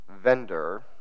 vendor